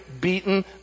beaten